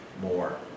more